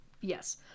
yes